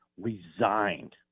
resigned